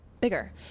bigger